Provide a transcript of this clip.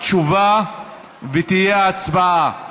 תשובה והצבעה.